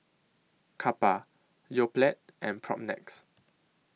Kappa Yoplait and Propnex